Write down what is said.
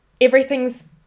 everything's